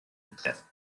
betreff